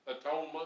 atonement